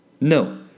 No